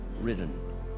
ridden